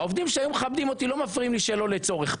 העובדים שהיו מכבדים אותי לא מכבדים אותי שלא לצורך.